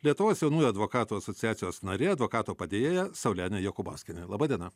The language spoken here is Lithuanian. lietuvos jaunųjų advokatų asociacijos narė advokato padėjėja saulenė jokūbauskienė laba diena